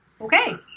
Okay